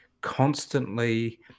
constantly